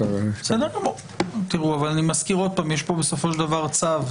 אבל אני מזכיר עוד פעם שיש פה בסופו של דבר צו,